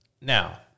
Now